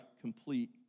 complete